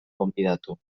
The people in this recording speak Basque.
gonbidatu